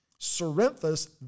Serenthus